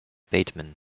bateman